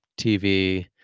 TV